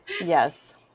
Yes